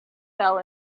fell